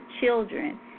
children